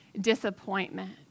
disappointment